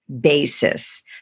basis